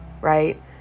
right